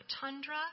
tundra